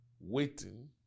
waiting